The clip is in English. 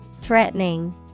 Threatening